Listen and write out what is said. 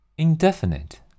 indefinite